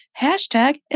hashtag